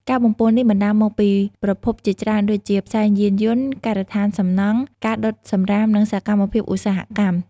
ការបំពុលនេះបណ្ដាលមកពីប្រភពជាច្រើនដូចជា ផ្សែងយានយន្ត ការដ្ឋានសំណង់ ការដុតសំរាម និងសកម្មភាពឧស្សាហកម្ម។